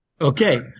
Okay